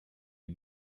you